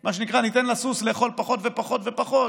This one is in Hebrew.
מה שנקרא, ניתן לסוס לאכול פחות ופחות ופחות.